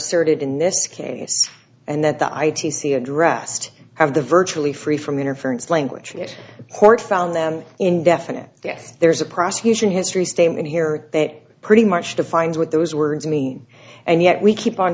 certain in this case and that the i d c addressed have the virtually free from interference language court found them indefinite yes there's a prosecution history statement here that pretty much defines what those words mean and yet we keep on